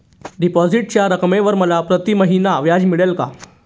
डिपॉझिटच्या रकमेवर मला प्रतिमहिना व्याज मिळेल का?